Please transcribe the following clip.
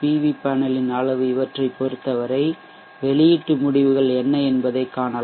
we பேனலின் அளவு இவற்றைப் பொறுத்தவரை வெளியீட்டு முடிவுகள் என்ன என்பதைக் காணலாம்